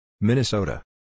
Minnesota